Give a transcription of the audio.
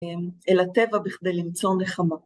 אל הטבע בכדי למצוא נחמה.